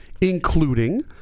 including